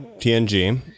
TNG